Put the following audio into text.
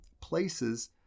places